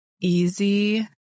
easy